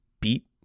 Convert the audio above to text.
beat